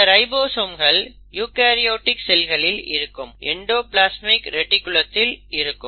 இந்த ரைபோசோம்கள் யூகரியோடிக் செல்களில் இருக்கும் எண்டோப்லஸ்மிக் ரெடிக்குலமிலும் இருக்கும்